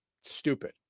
stupid